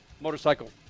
motorcycle